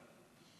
ב.